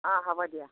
অঁ হ'ব দিয়া